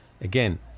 Again